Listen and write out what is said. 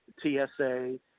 TSA